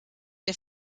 der